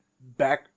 back